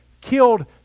killed